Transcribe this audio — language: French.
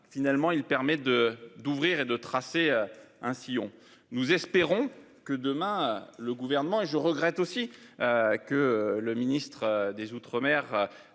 Finalement, il permet de d'ouvrir et de tracer un sillon. Nous espérons que demain le gouvernement et je regrette aussi. Que le ministre des Outre-mer